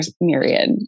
myriad